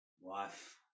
wife